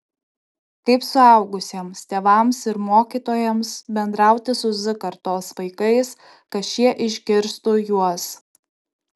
kaip suaugusiems tėvams ir mokytojams bendrauti su z kartos vaikais kad šie išgirstų juos